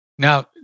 Now